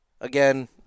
again